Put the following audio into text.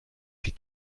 die